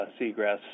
seagrass